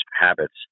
habits